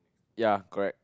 ya correct